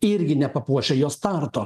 irgi nepapuošia jos starto